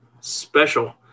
special